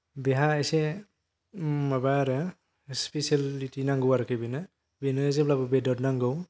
बेहा एसे माबा आरो स्पिसियेलिटि नांगौ आरोखि बेनो बेनो जेब्लाबो बेदर नांगौ